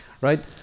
Right